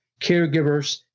caregivers